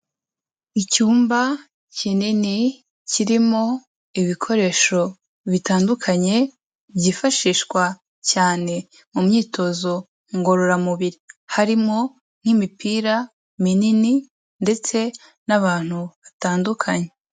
Icyumba kinini kirimo ibikoresho bitandukanye byifashishwa cyane mu myitozo ngororamubiri, harimo nk'imipira minini ndetse n'abantu batandukanye.